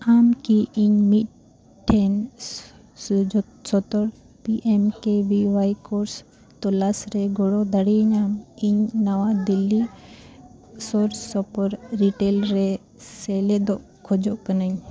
ᱟᱢ ᱠᱤ ᱤᱧ ᱢᱤᱫᱴᱮᱱ ᱥᱩᱡᱳᱜᱽ ᱥᱚᱫᱚᱨ ᱛᱚᱞᱟᱥ ᱨᱮ ᱜᱚᱲᱚ ᱫᱟᱲᱮᱭᱤᱧᱟᱢ ᱤᱧ ᱱᱟᱣᱟ ᱫᱤᱞᱞᱤ ᱥᱩᱨ ᱥᱳᱯᱳᱨ ᱨᱤᱴᱮᱞ ᱨᱮ ᱥᱮᱞᱮᱫᱚᱜ ᱠᱷᱚᱡᱚᱜ ᱠᱟᱹᱱᱟᱹᱧ